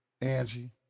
Angie